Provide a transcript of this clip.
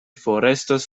forestas